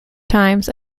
times